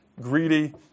greedy